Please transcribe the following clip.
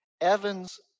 Evans